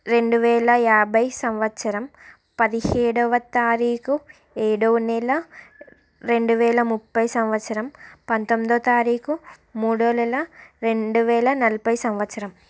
రెండువేల యాభై సంవత్సరం పదిహేడవ తారీఖు ఏడవ నెల రెండువేల ముప్పై సంవత్సరం పంతొమ్మిదో తారీఖు మూడో నెల రెండువేల నలభై సంవత్సరం